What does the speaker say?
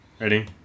Ready